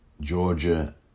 Georgia